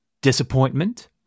disappointment